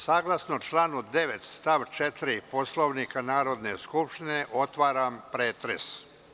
Saglasno članu 9. stav 4. Poslovnika Narodne skupštine, otvaram pretres.